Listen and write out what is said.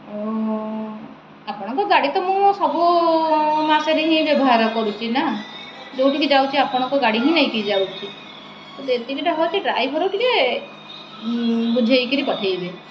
ଆପଣଙ୍କ ଗାଡ଼ି ତ ମୁଁ ସବୁ ମାସରେ ହିଁ ବ୍ୟବହାର କରୁଛି ନା ଯେଉଁଠିକି ଯାଉଛି ଆପଣଙ୍କ ଗାଡ଼ି ହିଁ ନେଇକରି ଯାଉଛି ଯେତିକିଟା ହେଉଛି ଡ୍ରାଇଭର୍ ଟିକେ ବୁଝାଇକରି ପଠାଇବେ